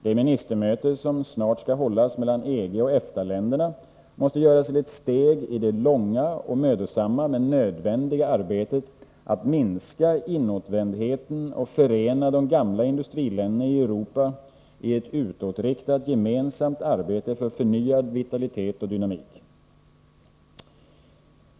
Det ministermöte som snart skall hållas mellan EG och EFTA-länderna måste göras till ett steg i det långa och mödosamma men nödvändiga arbetet att minska inåtvändheten och förena de gamla industriländerna i Europa i ett utåtriktat gemensamt arbete för förnyad vitalitet och dynamik.